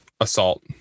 assault